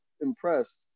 impressed